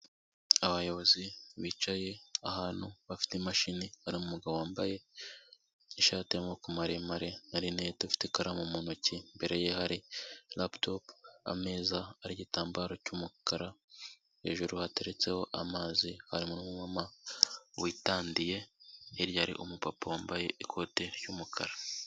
Abayobozi bicaye ahantu bafite imashini, hari umugabo wambaye ishati y'amaboko maremare na rinete, ufite ikaramu mu ntoki, imbere ye hari raputopu, ameza ariho igitambaro cy'umukara, hejuru hateretseho amazi, harimo n'umumama witandiye, hirya hari umupapa wambaye ikote ry'umukara.